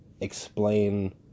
explain